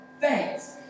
thanks